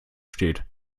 steht